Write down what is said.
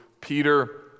Peter